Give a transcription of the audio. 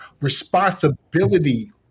responsibility